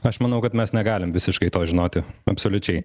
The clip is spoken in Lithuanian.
aš manau kad mes negalim visiškai to žinoti absoliučiai